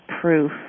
proof